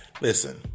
listen